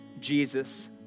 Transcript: Jesus